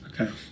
Okay